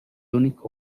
único